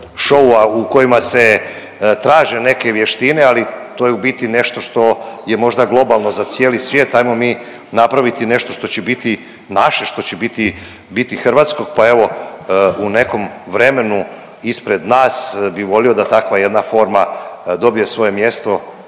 šoua u kojima se traže neke vještine, ali to je u biti nešto što je možda globalno za cijeli svijet, ajmo mi napraviti nešto što će biti naše, što će biti hrvatsko, pa evo u nekom vremenu ispred nas bi volio da takva jedna forma dobije svoje mjesto